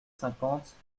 cinquante